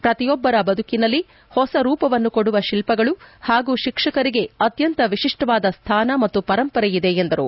ಪ್ರತಿಯೊಬ್ಬರ ಬದುಕಿನಲ್ಲಿ ಹೊಸ ರೂಪವನ್ನು ಕೊಡುವ ಶಿಲ್ಪಗಳು ಹಾಗೂ ಶಿಕ್ಷಕರಿಗೆ ಅತ್ಯಂತ ವಿಶಿಷ್ಟವಾದ ಸ್ಥಾನ ಮತ್ತು ಪರಂಪರೆ ಇದೆ ಎಂದರು